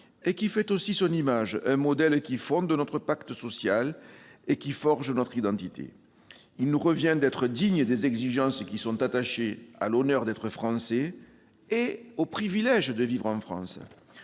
et qui fait aussi son image, un modèle qui fonde notre pacte social et forge notre identité. Il nous revient d'être dignes des exigences attachées à l'honneur d'être Français et au privilège de vivre en France.